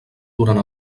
durant